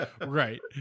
Right